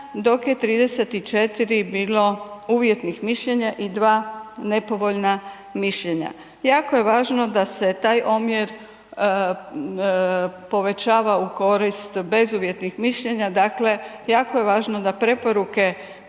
dok je 34 bilo uvjetnih mišljenja i 2 nepovoljna mišljenja. Jako je važno da se taj omjer povećava u korist bezuvjetnih mišljenja, dakle jako je važno na preporuke